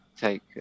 take